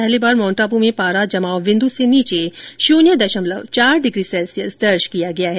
पहली बार माउंट आबू में पारा जमाव बिन्दु से नीचे शून्य दशमलव चार डिग्री दर्ज किया गया है